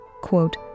quote